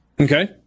Okay